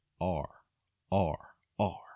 R-R-R